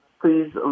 please